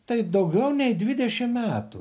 tai daugiau nei dvidešimt metų